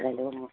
रायज्लायहरनांगौ